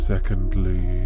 Secondly